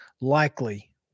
likely